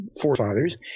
forefathers